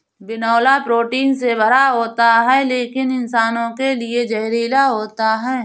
बिनौला प्रोटीन से भरा होता है लेकिन इंसानों के लिए जहरीला होता है